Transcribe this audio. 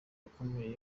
wakomeje